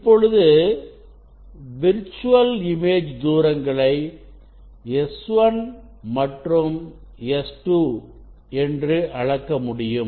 இப்பொழுது virtual image தூரங்களைS1 மற்றும் S2 அளக்க முடியும்